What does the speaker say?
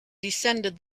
descended